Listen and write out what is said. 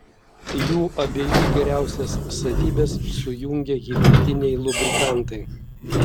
jų abiejų geriausias savybes sujungia hibridiniai lubrikantai